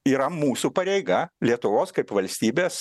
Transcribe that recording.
yra mūsų pareiga lietuvos kaip valstybės